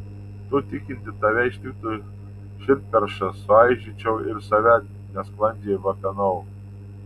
tu tikinti tave ištiktų širdperša suaižyčiau ir save nesklandžiai vapenau